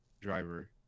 driver